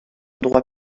droit